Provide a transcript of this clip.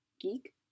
Geek